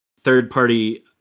third-party